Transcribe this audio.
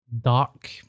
dark